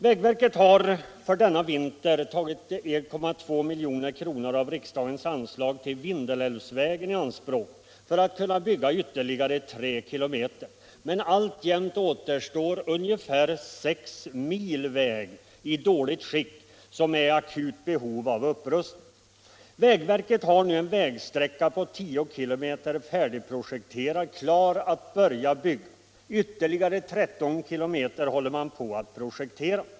Vägverket har för denna vinter tagit 1,2 miljoner av riksdagens anslag till Vindelälvsvägen i anspråk för att kunna bygga ytterligare ca 3 km, men alltjämt återstår ungefär 6 mil väg i dåligt skick som är i akut behov av upprustning. Vägverket har nu en vägsträcka på 10 km färdigprojekterad och klar att börja bygga. Ytterligare 13 km väg håller man på att projektera.